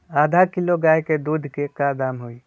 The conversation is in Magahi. आधा किलो गाय के दूध के का दाम होई?